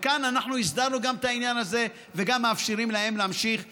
וכאן הסדרנו גם את העניין הזה וגם מאפשרים להם להמשיך ולעבוד.